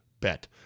bet